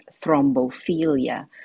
thrombophilia